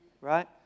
Right